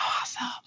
awesome